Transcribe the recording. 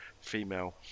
female